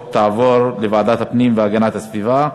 לוועדת הפנים והגנת הסביבה נתקבלה.